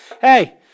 hey